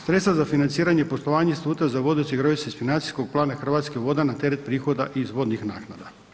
Sredstva za financiranje i poslovanje instituta za vodu osiguravaju se iz financijskog plana Hrvatskih voda na teret prihoda iz vodnih naknada.